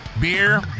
Beer